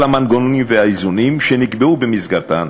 על המנגנונים והאיזונים שנקבעו במסגרתם,